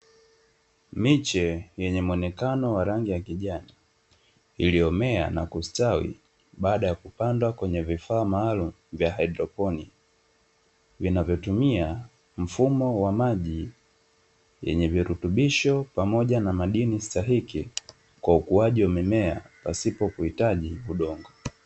Miche yenye mwonekano wa rangi ya kijani, iliyomea na kustawi baada ya kupandwa kwenye vifaa maalumu vya haidroponi, vinavyotumia mfumo wa maji yenye virutubisho pamoja na madini stahiki kwa ukuaji wa mimea pasipo uhitaji wa udongo.